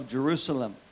Jerusalem